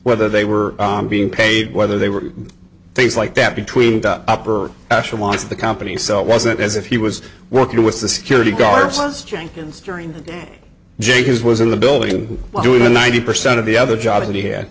whether they were being paid whether they were things like that between the upper echelons of the company cell wasn't as if he was working with the security guard says jenkins during jake is was in the building doing ninety percent of the other job